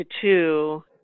two